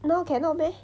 now cannot meh